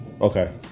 Okay